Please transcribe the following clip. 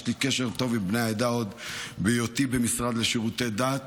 יש לי קשר טוב עם בני העדה עוד מהיותי במשרד לשירותי דת,